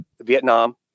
Vietnam